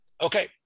Okay